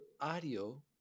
audio